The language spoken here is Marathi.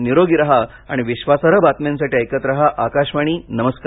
निरोगी राहा आणि विश्वासार्ह बातम्यांसाठी ऐकत राहा आकाशवाणी नमस्कार